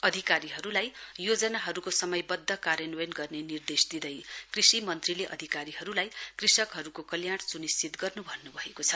अधिकारीहरुलाई योजनाहरुको समयवध्द कार्यान्वयन गर्ने निर्देश दिँदै कृषि मन्त्रीले अधिकारीहरुलाई कृषकहरुको कल्याण सुनिश्चित गर्नु भन्नुभएको छ